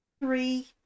three